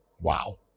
Wow